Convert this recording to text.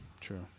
true